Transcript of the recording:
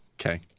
Okay